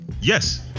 yes